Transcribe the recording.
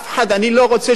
לא רוצה את זה.